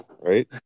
right